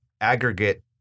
aggregate